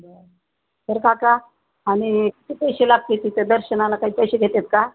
बरं काका आणि किती पैसे लागतील तिथे दर्शनाला काही पैसे घेतात का